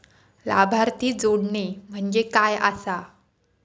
लाभार्थी जोडणे म्हणजे काय आसा?